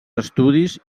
estudis